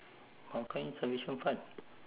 how come insufficient fund